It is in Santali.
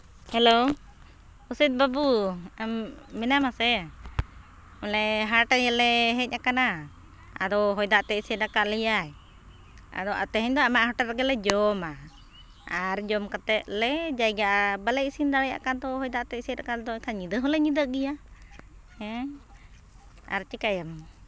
ᱦᱮᱞᱳ ᱚᱥᱤᱛ ᱵᱟᱵᱩ ᱟᱢ ᱢᱮᱱᱟᱢ ᱟᱥᱮ ᱵᱚᱞᱮ ᱦᱟᱴ ᱧᱮᱞ ᱞᱮ ᱦᱮᱡ ᱟᱠᱟᱱᱟ ᱟᱫᱚ ᱦᱳᱭ ᱫᱟᱜᱛᱮ ᱮᱥᱮᱫ ᱟᱠᱟᱫ ᱞᱮᱭᱟᱭ ᱟᱫᱚ ᱛᱮᱦᱮᱧ ᱫᱚ ᱟᱢᱟᱜ ᱦᱳᱴᱮᱞ ᱨᱮᱜᱮ ᱞᱮ ᱡᱚᱢᱟ ᱟᱨ ᱡᱚᱢ ᱠᱟᱛᱮᱫ ᱞᱮ ᱡᱟᱭᱜᱟᱜᱼᱟ ᱵᱟᱞᱮ ᱤᱥᱤᱱ ᱫᱟᱲᱮᱭᱟᱜ ᱠᱟᱱ ᱫᱚ ᱦᱚᱭ ᱫᱟᱜᱛᱮ ᱮᱥᱮᱫ ᱟᱠᱟᱫ ᱞᱮᱫᱚᱭ ᱧᱤᱫᱟᱹ ᱦᱚᱸᱞᱮ ᱧᱤᱫᱟᱹᱜ ᱜᱮᱭᱟ ᱦᱮᱸ ᱟᱨ ᱪᱤᱠᱟᱹᱭᱟᱢ